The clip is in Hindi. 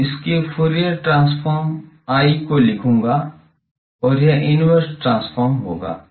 तो इसके फूरियर ट्रांसफॉर्म I को लिखूंगा और यह इनवर्स ट्रांसफॉर्म होगा